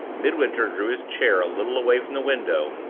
midwinter drew his chair a little away from the window,